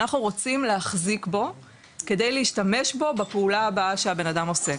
אנחנו רוצים להחזיק בו כדי להשתמש בו בפעולה הבאה שהבן אדם עושה.